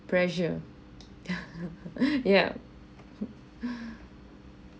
pressure yeah